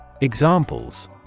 Examples